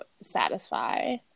satisfy